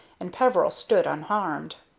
and peveril stood unharmed.